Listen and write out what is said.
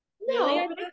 No